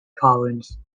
collins